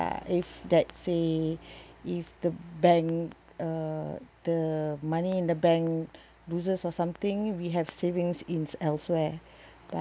if let's say if the bank uh the money in the bank loses or something we have savings in elsewhere